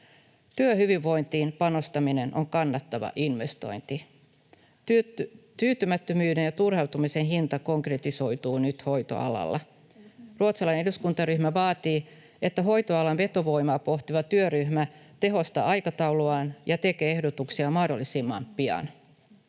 Työhyvinvointiin panostaminen on kannattava investointi. Tyytymättömyyden ja turhautumisen hinta konkretisoituu nyt hoitoalalla. Ruotsalainen eduskuntaryhmä vaatii, että hoitoalan vetovoimaa pohtiva työryhmä tehostaa aikatauluaan ja tekee ehdotuksia mahdollisimman pian.